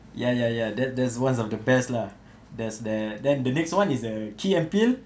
ya ya ya then there's one of the best lah there's there then the next one is the key and peele